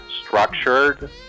structured